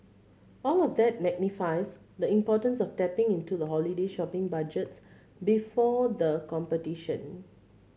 all of that magnifies the importance of tapping into the holiday shopping budgets before the competition